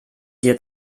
dir